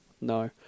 No